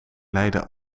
leidde